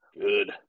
Good